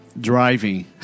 driving